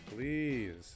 Please